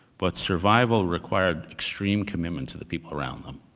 but survival required extreme commitment to the people around them,